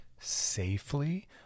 safely